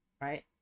right